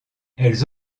elles